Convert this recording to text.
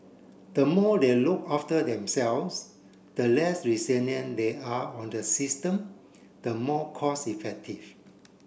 the more they look after themselves the less they are on the system the more cost effective